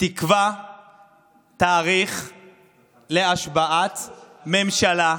תקבע תאריך להשבעת ממשלה.